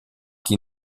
chi